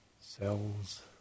cells